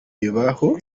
bibaho